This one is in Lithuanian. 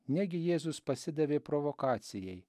negi jėzus pasidavė provokacijai